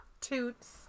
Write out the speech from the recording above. toots